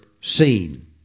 seen